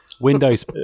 Windows